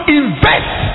invest